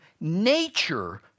nature